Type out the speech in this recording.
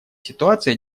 ситуация